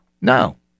no